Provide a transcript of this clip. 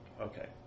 Okay